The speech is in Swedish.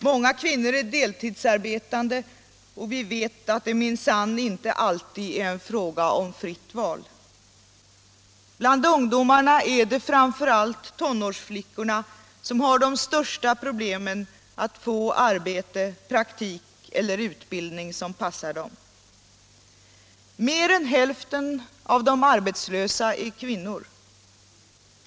Många kvinnor är deltidsarbetande, och vi vet att det minsann inte alltid är en fråga om ett fritt val. Bland ungdomarna är det framför allt tonårsflickorna som har de största problemen att få arbete, praktik eller utbildning som passar dem. Mer än hälften av de arbetslösa är kvinnor.